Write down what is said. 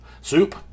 Soup